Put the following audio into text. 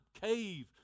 cave